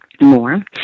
more